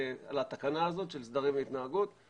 של 13 פקחים שלנו שעוסקים בזה,